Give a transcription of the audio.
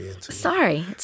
Sorry